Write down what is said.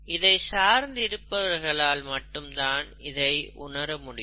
இதை சார்ந்து இருபவர்களால் மட்டும் தான் இதை உணர முடியும்